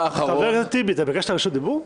חבר הכנסת טיבי, ביקשת רשות דיבור?